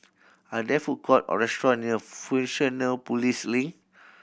are there food court or restaurant near Fusionopolis Link